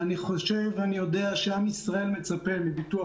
אני חושב ויודע שעם ישראל מצפה מביטוח